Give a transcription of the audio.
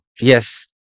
yes